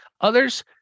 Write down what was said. others